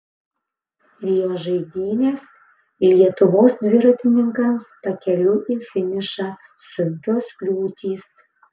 rio žaidynės lietuvos dviratininkams pakeliui į finišą sunkios kliūtys